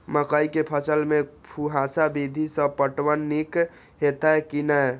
मकई के फसल में फुहारा विधि स पटवन नीक हेतै की नै?